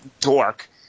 dork